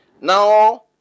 now